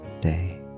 day